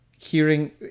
Hearing